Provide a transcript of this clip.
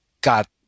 got